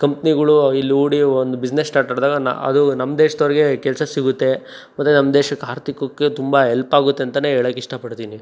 ಕಂಪ್ನಿಗಳು ಇಲ್ಲಿ ಹೂಡಿ ಒಂದು ಬಿಸ್ನೆಸ್ ಸ್ಟಾರ್ಟ್ ಮಾಡಿದಾಗ ನ ಅದು ನಮ್ಮ ದೇಶದೋರಿಗೆ ಕೆಲಸ ಸಿಗುತ್ತೆ ಮತ್ತು ನಮ್ಮ ದೇಶಕ್ಕೆ ಆರ್ಥಿಕಕ್ಕೆ ತುಂಬ ಹೆಲ್ಪಾಗುತ್ತೆ ಅಂತ ಹೇಳಕ್ ಇಷ್ಟಪಡ್ತೀನಿ